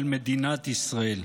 של מדינת ישראל.